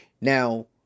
Now